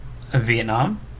Vietnam